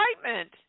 excitement